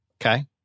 Okay